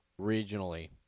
regionally